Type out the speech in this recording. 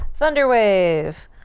Thunderwave